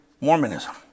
Mormonism